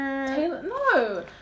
No